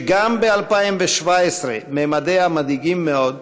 שגם ב-2017 ממדיה מדאיגים מאוד,